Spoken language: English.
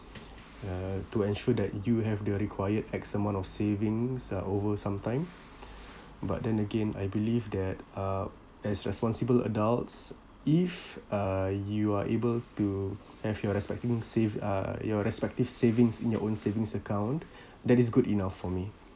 uh to ensure that you have the required X amount of savings uh over some time but then again I believe that uh as responsible adults if uh you are able to have your respecting save uh your respective savings in your own savings account that is good enough for me